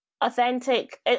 authentic